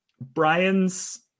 Brian's